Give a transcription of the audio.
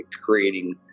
creating